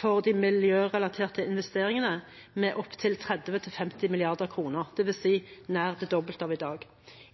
for de miljørelaterte investeringene med opptil 30–50 mrd. kr, dvs. nær det dobbelte av i dag.